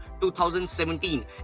2017